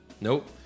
Nope